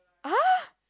!huh!